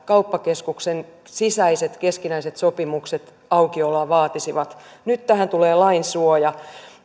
kauppakeskuksen sisäiset keskinäiset sopimukset aukioloa vaatisivat nyt tähän tulee lainsuoja